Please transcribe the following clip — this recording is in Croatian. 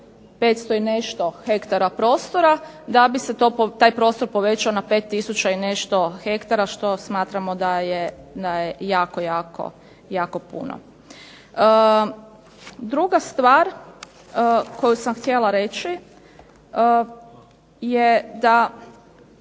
500 i nešto hektara prostora da bi se taj prostor povećao na 5 tisuća i nešto hektara što smatramo da je jako, jako puno. Druga stvar koju sam htjela reći je da